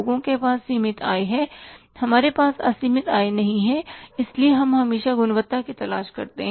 लोगों के पास सीमित आय है हमारे पास असीमित आय नहीं है इसलिए हम हमेशा गुणवत्ता की तलाश करते हैं